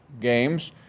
games